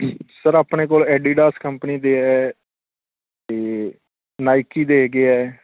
sir ਆਪਣੇ ਕੋਲ Adidas company ਦੇ ਹੈ ਅਤੇ ਨਾਇਕੀ ਦੇ ਹੈਗੇ ਹੈ